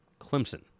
Clemson